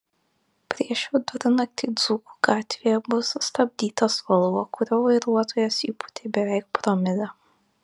prieš vidurnaktį dzūkų gatvėje buvo sustabdytas volvo kurio vairuotojas įpūtė beveik promilę